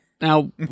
Now